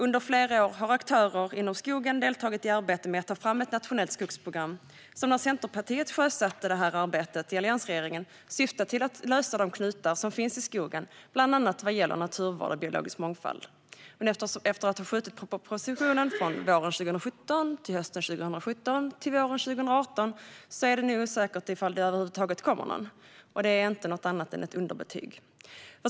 Under flera år har olika aktörer som har med skogsfrågor att göra deltagit i arbetet med att ta fram ett nationellt skogsprogram, som när Centerpartiet sjösatte detta arbete i alliansregeringen syftade till att lösa de knutar som finns i skogsfrågorna, bland annat vad gäller naturvård och biologisk mångfald. Men efter att propositionen har skjutits fram från våren 2017 till hösten 2017 och sedan till våren 2018 är det nu osäkert om det över huvud taget kommer någon proposition. Det är inget annat än ett underbetyg.